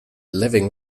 living